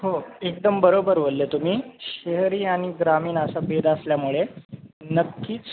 हो एकदम बरोबर बोलले तुम्ही शहरी आणि ग्रामीण असा भेद असल्यामुळे नक्कीच